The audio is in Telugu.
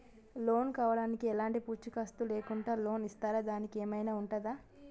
లోన్ కావడానికి ఎలాంటి పూచీకత్తు లేకుండా లోన్ ఇస్తారా దానికి ఏమైనా ఉంటుందా?